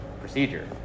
procedure